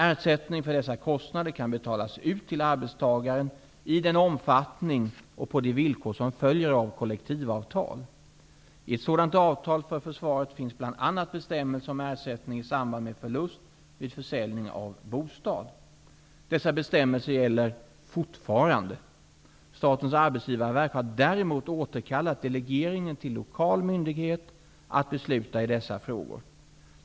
Ersättning för dessa kostnader kan betalas ut till arbetstagaren i den omfattning och på de villkor som följer av kollektivavtal. I ett sådant avtal för försvaret finns bl.a. bestämmelser om ersättning i samband med förlust vid försäljning av bostad. Dessa bestämmelser gäller fortfarande. Statens arbetsgivarverk har däremot återkallat delegeringen till lokal myndighet att besluta i dessa frågor.